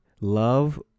love